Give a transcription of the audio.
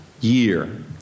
year